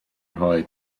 rhoi